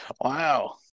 Wow